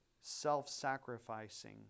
self-sacrificing